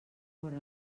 vora